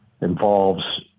involves